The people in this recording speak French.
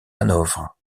hanovre